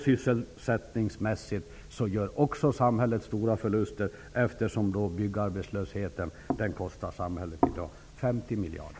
Sysselsättningsmässigt gör samhället också stora förluster, eftersom byggarbetslösheten i dag kostar 50 miljarder.